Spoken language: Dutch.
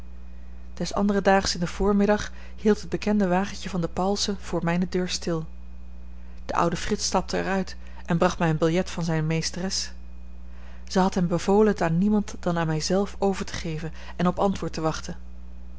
des anderen daags in den voormiddag hield het bekende wagentje van de pauwelsen voor mijne deur stil de oude frits stapte er uit en bracht mij een biljet van zijne meesteres zij had hem bevolen het aan niemand dan aan mij zelf over te geven en op antwoord te wachten